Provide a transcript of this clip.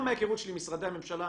גם מההיכרות שלי עם משרדי הממשלה,